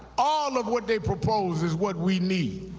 all of what they propose is what we need.